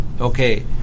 Okay